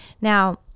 Now